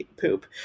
poop